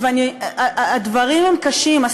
הדברים הם קשים,